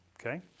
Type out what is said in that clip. Okay